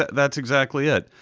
that's exactly it.